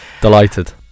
Delighted